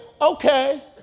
okay